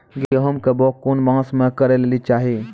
गेहूँमक बौग कून मांस मअ करै लेली चाही?